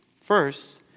First